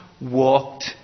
walked